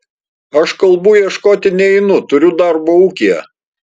aš kalbų ieškoti neinu turiu darbo ūkyje